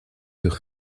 sur